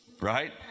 right